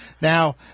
Now